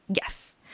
Yes